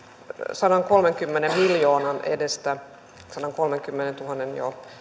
sadankolmenkymmenen miljoonan edestä sadankolmenkymmenentuhannen